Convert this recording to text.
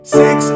six